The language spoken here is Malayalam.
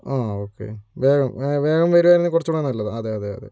ആ ഓക്കേ വേഗം വേഗം വരായിരുന്നെങ്കി കുറച്ചൂടെ നല്ലത് അതെ അതെ അതെ